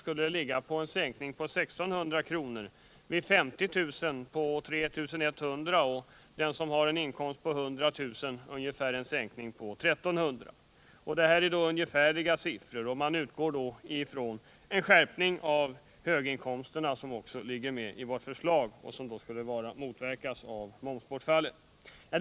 skulle ligga på 1600 kr., vid 50 000 kr. på 3 100 kr. och vid 100 000 kr. på ungefär 1 300 kr. Detta är ungefärliga siffror, som också förutsätter en skärpning av beskattningen av de höga inkomsterna vilket ingår i vårt förslag, en sådan skärpning skulle motverka momsbortfallet för dessa grupper.